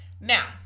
Now